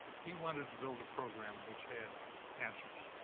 he wanted to build a program which had answers.